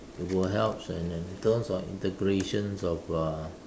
you will helps in term terms of integrations of uh